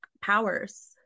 powers